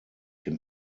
dem